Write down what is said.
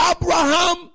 Abraham